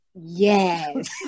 Yes